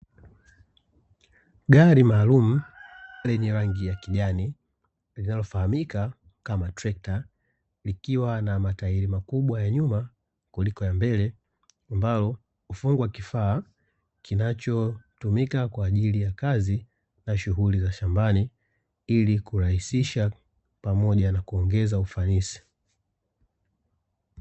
Gari maalumu lenye rangi ya kijani linalofahamika kama trekta likiwa na matairi makubwa ya nyuma kuliko ya mbele, ambalo hufungwa kifaa kinachotumika kwa ajili ya kazi na shughuli za shambani, ili kurahisisha pamoja na kuongeza ufanisi.